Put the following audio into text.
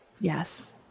Yes